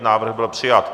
Návrh byl přijat.